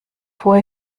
hohe